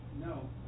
No